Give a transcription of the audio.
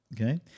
Okay